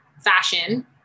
fashion